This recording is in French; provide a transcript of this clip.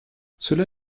cela